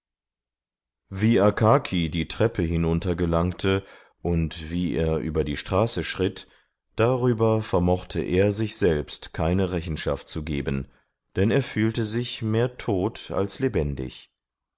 wie akaki die treppe hinuntergelangte und wie er über die straße schritt darüber vermochte er sich selbst keine rechenschaft zu geben denn er fühlte sich mehr tot als lebendig